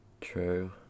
True